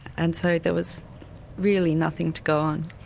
and so there was really nothing to go on.